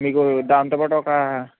మీకు దాంతో పాటు ఒక